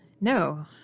No